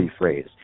rephrase